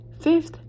Fifth